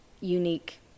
unique